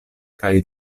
kaj